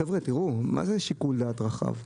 חבר'ה, תיראו, מה זה שיקול דעת רחב?